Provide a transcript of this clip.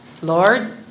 Lord